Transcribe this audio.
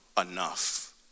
enough